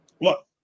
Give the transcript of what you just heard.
Look